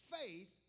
faith